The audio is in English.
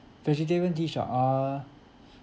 vegetarian dish ah uh